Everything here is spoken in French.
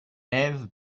eve